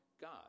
God